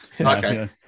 Okay